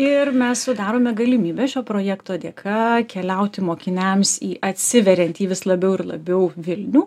ir mes sudarome galimybę šio projekto dėka keliauti mokiniams į atsiveriantį vis labiau ir labiau vilnių